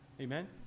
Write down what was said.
Amen